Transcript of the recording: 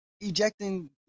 ejecting